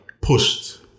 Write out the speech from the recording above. pushed